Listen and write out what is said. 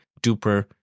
duper